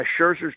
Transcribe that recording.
Scherzer's